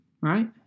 right